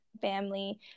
family